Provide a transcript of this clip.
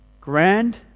grand